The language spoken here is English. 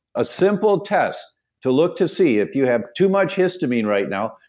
a simple test to look to see if you have too much histamine right now,